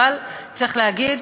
אבל צריך להגיד,